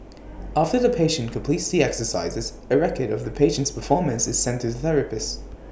after the patient completes the exercises it's A record of the patient's performance is sent to the therapist